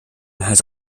has